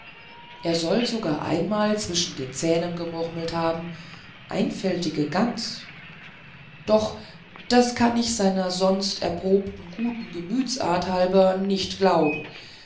er soll sogar manchmal zwischen den zähnen gemurmelt haben einfältige gans doch das kann ich seiner sonst erprobten guten gemütsart halber nicht glauben